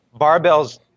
barbells